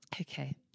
okay